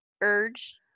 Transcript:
urge